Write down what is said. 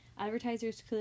Advertisers